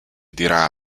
dirà